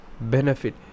benefit